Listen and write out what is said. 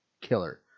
killer